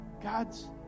God's